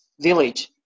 village